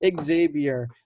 Xavier